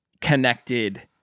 connected